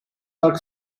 park